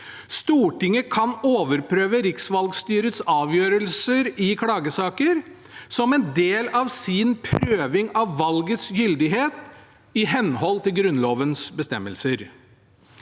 Stortinget kan overprøve riksvalgstyrets avgjørelser i klagesaker som en del av sin prøving av valgets gyldighet i henhold til Grunnlovens bestemmelser.